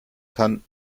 kann